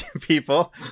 people